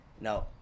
no